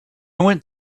went